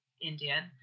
indian